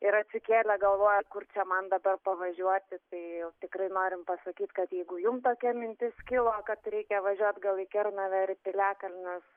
ir atsikėlę galvoja kur čia man dabar pavažiuoti tai tikrai norim pasakyt kad jeigu jum tokia mintis kilo kad reikia važiuot gal į kernavę ir piliakalnius